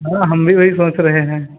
हाँ हम भी वही सोच रहे हैं